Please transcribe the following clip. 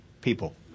people